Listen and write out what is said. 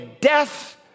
death